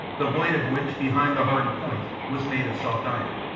the blade of which, behind the hardened point, was made of soft iron,